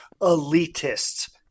elitists